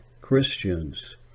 Christians